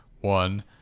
one